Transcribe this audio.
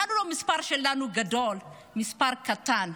אנחנו, המספר שלנו לא גדול, המספר קטן.